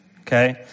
okay